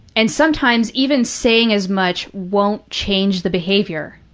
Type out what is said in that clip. and sometimes even saying as much won't change the behavior,